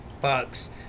bucks